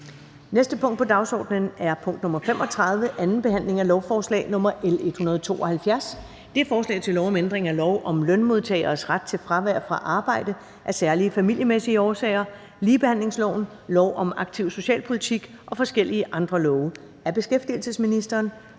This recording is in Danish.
næste punkt på dagsordenen er: 35) 2. behandling af lovforslag nr. L 172: Forslag til lov om ændring af lov om lønmodtageres ret til fravær fra arbejde af særlige familiemæssige årsager, ligebehandlingsloven, lov om aktiv socialpolitik og forskellige andre love. (Gennemførelse